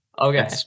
Okay